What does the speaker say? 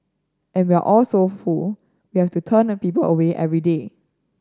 and we are so full we have to turn people away every day